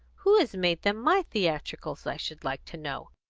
who has made them my theatricals, i should like to know?